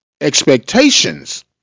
expectations